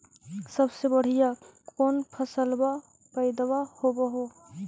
सबसे बढ़िया कौन फसलबा पइदबा होब हो?